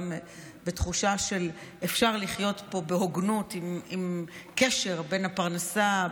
גם בתחושה שאפשר לחיות פה בהוגנות עם קשר בין הפרנסה,